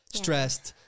stressed